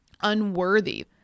unworthy